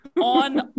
on